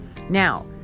Now